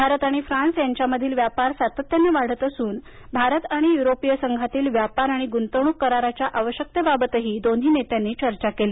भारत आणि फ्रान्स यांच्यामधील व्यापार सातत्यानं वाढत असून भारत आणि युरोपीय संघातील व्यापार आणि ग्रंतवणूक कराराच्या आवश्यकतेबाबतही दोन्ही नेत्यांनी चर्चा केली